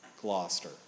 Gloucester